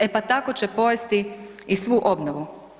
E pa tako će pojesti i svu obnovu.